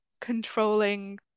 controlling